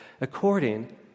according